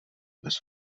bez